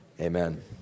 amen